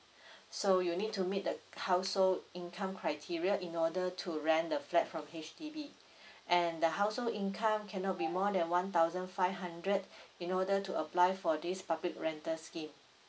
so you need to meet the household income criteria in order to rent the flat from H_D_B and the household income cannot be more than one thousand five hundred in order to apply for this public rental scheme